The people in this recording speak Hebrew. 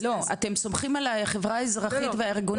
אתם סומכים על החברה האזרחית והארגונים